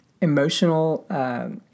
emotional